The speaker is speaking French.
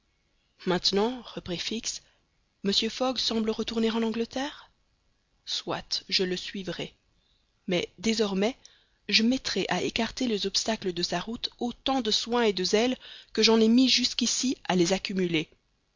maintenant reprit fix mr fogg semble retourner en angleterre soit je le suivrai mais désormais je mettrai à écarter les obstacles de sa route autant de soin et de zèle que j'en ai mis jusqu'ici à les accumuler